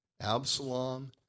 Absalom